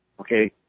Okay